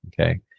Okay